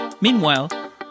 Meanwhile